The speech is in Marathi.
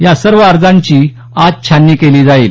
या सर्व अर्जांची आज छाननी केली जाईल